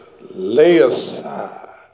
lay-aside